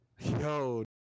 Yo